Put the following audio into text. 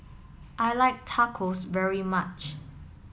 I like Tacos very much